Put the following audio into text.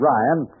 Ryan